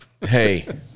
Hey